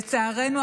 לצערנו,